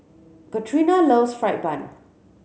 Katrina loves fried bun